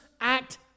act